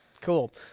cool